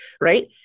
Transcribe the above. right